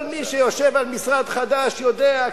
כל מי שיושב על משרד חדש יודע.